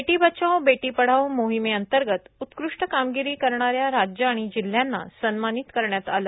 बेटी बचाओ बेटी पढाओ मोहिमेअंतर्गत उत्कृष्ट कामिगरी करणाऱ्या राज्य आणि जिल्ह्यांना सन्मानित करण्यात आलं